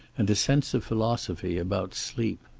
and a sense of philosophy about sleep.